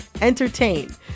entertain